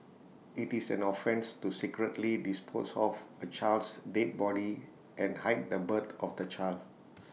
IT is an offence to secretly dispose of A child's dead body and hide the birth of the child